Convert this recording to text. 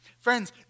Friends